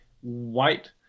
white